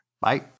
Bye